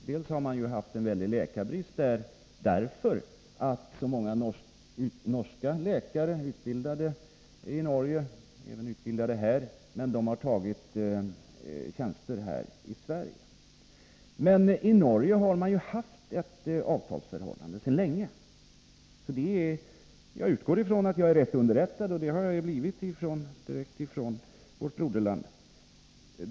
Dels har man haft en väldig läkarbrist därför att så många norska läkare har tagit tjänster i Sverige, dels har man i Norge haft ett avtalsförhållande sedan länge. Jag utgår ifrån att jag är rätt underrättad från vårt broderland.